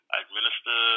administer